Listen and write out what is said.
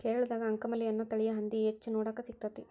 ಕೇರಳದಾಗ ಅಂಕಮಲಿ ಅನ್ನೋ ತಳಿಯ ಹಂದಿ ಹೆಚ್ಚ ನೋಡಾಕ ಸಿಗ್ತೇತಿ